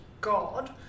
God